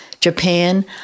Japan